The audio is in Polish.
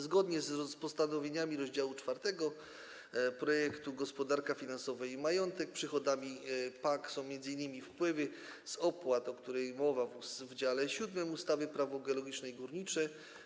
Zgodnie z postanowieniami rozdziału 4 projektu: Gospodarka finansowa i majątek, przychodami PAK są m.in. wpływy z opłat, o których mowa w dziale VII ustawy Prawo geologiczne i górnicze.